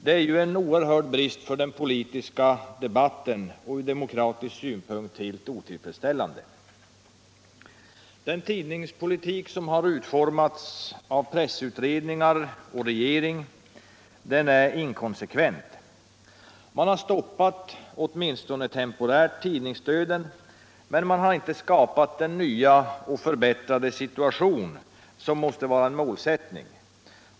Det är en oerhörd brist för den politiska debatten och ur demokratisk synpunkt helt otillfredsställande. Den tidningspolitik som har utformats av pressutredningar och regering är inkonsekvent. Man har stoppat, åtminstone temporärt, tidningsdöden men man har inte skapat den nya och förbättrade situation som måste vara en målsättning.